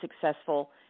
successful